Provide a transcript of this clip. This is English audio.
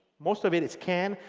most of it is can.